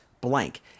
blank